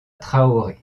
traoré